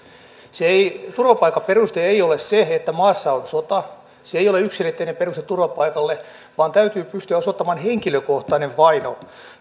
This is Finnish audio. turvapaikan peruste ei ole se että maassa on sota se ei ole yksiselitteinen peruste turvapaikalle vaan täytyy pystyä osoittamaan henkilökohtainen vaino